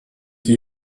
die